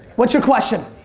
what's your question?